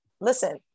Listen